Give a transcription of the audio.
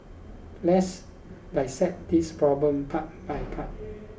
let's dissect this problem part by part